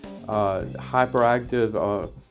hyperactive